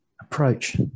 approach